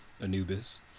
anubis